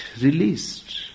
released